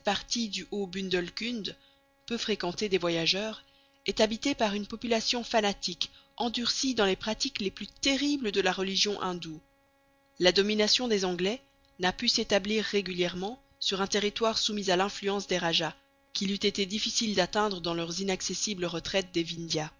du haut bundelkund peu fréquentée des voyageurs est habitée par une population fanatique endurcie dans les pratiques les plus terribles de la religion indoue la domination des anglais n'a pu s'établir régulièrement sur un territoire soumis à l'influence des rajahs qu'il eût été difficile d'atteindre dans leurs inaccessibles retraites des vindhias